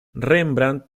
rembrandt